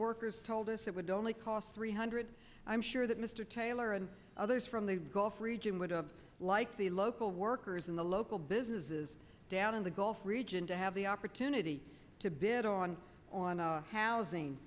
workers told us it would only cost three hundred i'm sure that mr taylor and others from the gulf region would of like the local workers in the local businesses down in the gulf region to have the opportunity to bid on on a housing